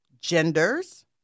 genders